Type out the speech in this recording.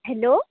hello